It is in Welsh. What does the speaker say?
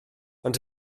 ond